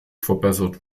verbessert